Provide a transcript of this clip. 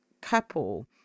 couple